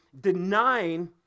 denying